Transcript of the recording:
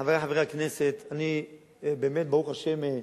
חברי חברי הכנסת, ברוך השם,